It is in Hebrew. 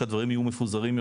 שהדברים יהיו מפוזרים.